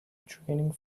draining